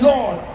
Lord